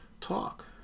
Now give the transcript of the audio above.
talk